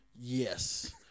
yes